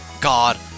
God